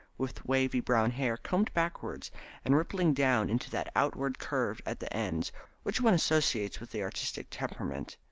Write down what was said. with wavy brown hair combed backwards and rippling down into that outward curve at the ends which one associates with the artistic temperament.